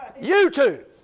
YouTube